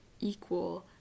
equal